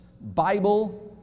Bible